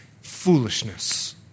foolishness